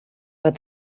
but